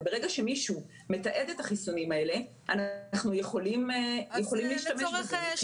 וברגע שמישהו מתעד את החיסונים האלה אנחנו יכולים להשתמש בזה.